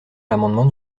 l’amendement